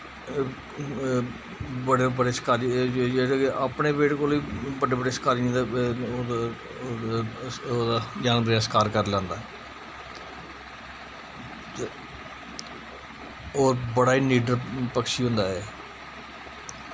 बड़े बड़े शकारी एह् जेह्ड़े अपने तो बी बड्डे बड्डे शकारियें दे जानवरें दा शकार करी लैंदा होर बड़ा ही निडर पक्षी होंदा ऐ एह्